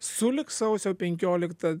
sulig sausio penkiolikta